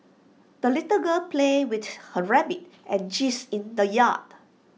the little girl played with her rabbit and geese in the yard